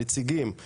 הנציגים,